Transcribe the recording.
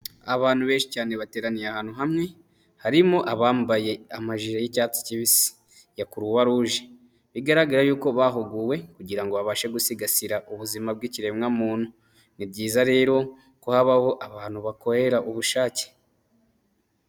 Abantu benshi cyane bateraniye ahantu hamwe, harimo abambaye amajire y'icyatsi kibisi ya proix rouge, bigaragara yuko bahuguwe kugirango babashe gusigasira ubuzima bw'ikiremwa muntu, ni byiza rero ko habaho abantu bakorera ubushake.